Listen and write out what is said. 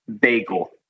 bagel